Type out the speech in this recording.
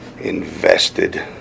invested